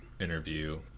interview